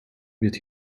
wird